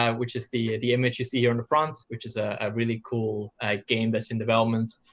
um which is the the image you see here in front, which is a really cool ah game that's in development.